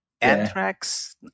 Anthrax